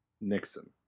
Nixon